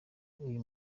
uyu